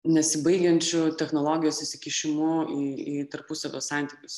nesibaigiančiu technologijos įsikišimu į į tarpusavio santykius